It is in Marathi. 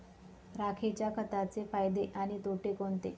राखेच्या खताचे फायदे आणि तोटे कोणते?